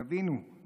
תבינו,